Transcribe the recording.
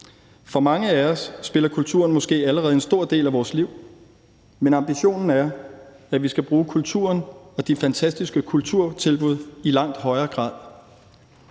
For mange af os spiller kulturen måske allerede en stor rolle i vores liv. Men ambitionen er, at vi skal bruge kulturen og de fantastiske kulturtilbud i langt højere grad.